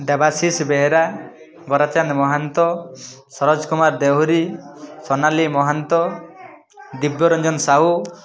Debashish Behera Barachand Mahanta Saroj Kumar Dehury Sonali Mahanta Dibyaranjan Sahu